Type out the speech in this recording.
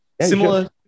similar